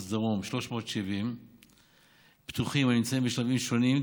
דרום 370 פתוחים הנמצאים בשלבים שונים,